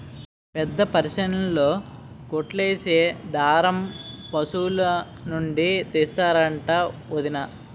పెద్దాపరేసన్లో కుట్లేసే దారం పశులనుండి తీస్తరంట వొదినా